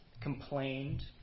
complained